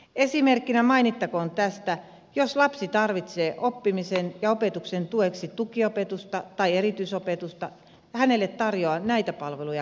esimerkkinä tästä mainittakoon että jos lapsi tarvitsee oppimisen ja opetuksen tueksi tukiopetusta tai erityisopetusta hänelle tarjoaa näitä palveluja kunta